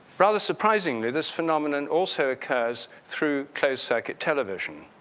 rather surprisingly, this phenomenon also occurs through close circuit television.